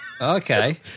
Okay